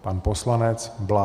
Pan poslanec Blaha.